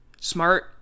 smart